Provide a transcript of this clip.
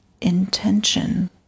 intention